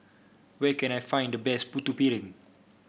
where can I find the best Putu Piring